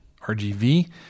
RGV